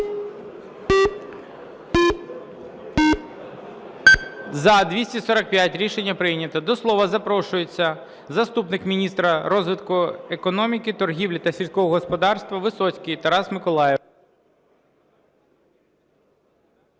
За-245 Рішення прийнято. До слова запрошується заступник міністра розвитку економіки, торгівлі та сільського господарства Висоцький Тарас Миколайович.